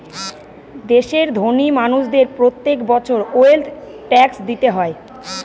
দেশের ধোনি মানুষদের প্রত্যেক বছর ওয়েলথ ট্যাক্স দিতে হয়